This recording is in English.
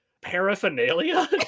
paraphernalia